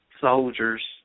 soldiers